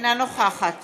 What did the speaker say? אינה נוכחת